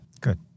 Good